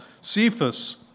Cephas